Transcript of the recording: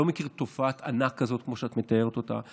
לא מכיר תופעת ענק כזאת כמו שאת מתארת אותה.